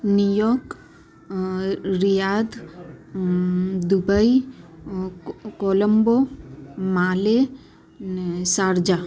New York Riyadh Dubai Colombo Male ને Sharjah